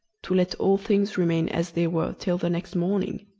to let all things remain as they were till the next morning.